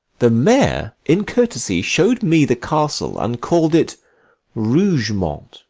the mayor in courtesy show'd me the castle and call'd it rougemount